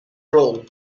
role